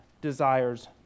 desires